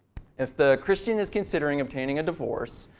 if the christian is considering obtaining a divorce,